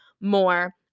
more